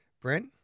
Brent